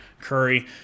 Curry